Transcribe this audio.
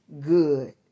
good